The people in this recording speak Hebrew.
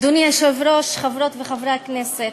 אדוני היושב-ראש, חברות וחברי הכנסת,